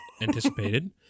anticipated